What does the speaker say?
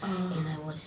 ah